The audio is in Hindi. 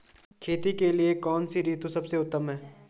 खेती के लिए कौन सी ऋतु सबसे उत्तम है?